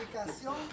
aplicación